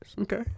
Okay